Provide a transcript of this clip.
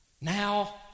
now